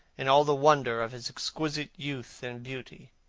in all the wonder of his exquisite youth and beauty.